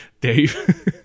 Dave